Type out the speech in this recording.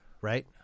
right